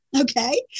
okay